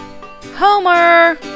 Homer